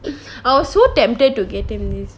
I was so tempted to get him this